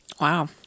Wow